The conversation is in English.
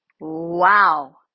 Wow